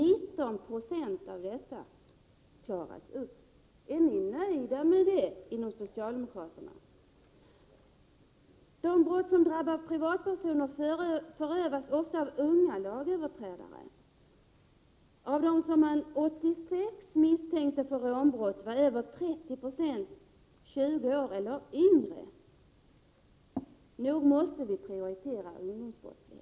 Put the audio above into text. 19 9 av dessa rån klaras upp. Är ni inom socialdemokraterna nöjda med det resultatet? De brott som drabbar privatpersoner förövas ofta av unga lagöverträdare. Av dem som man 1986 misstänkte för rånbrott var över 30 96 20 år eller yngre. Nog måste vi väl prioritera ungdomsbrottsligheten?